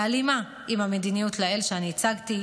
שנמצאות בהלימה עם המדיניות לעיל שהצגתי,